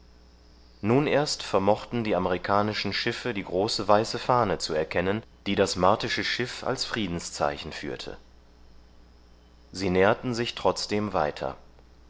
nun erst vermochten die amerikanischen schiffe die große weiße fahne zu erkennen die das martische schiff als friedenszeichen führte sie näherten sich trotzdem weiter